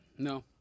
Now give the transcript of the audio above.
No